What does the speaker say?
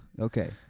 Okay